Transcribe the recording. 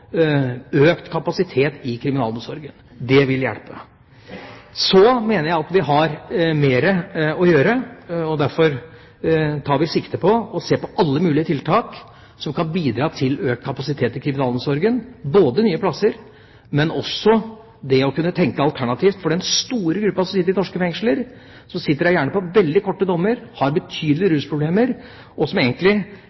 økt kapasitet i kriminalomsorgen – både nye plasser og også det å kunne tenke alternativt – for den store gruppen som sitter i norske fengsler, som sitter der gjerne for veldig korte dommer, som har betydelige